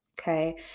Okay